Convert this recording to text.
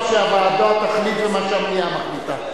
מה שהוועדה תחליט ומה שהמליאה מחליטה.